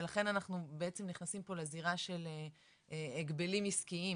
ולכן אנחנו בעצם נכנסים פה לזירה של הגבלים עסקיים